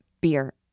beer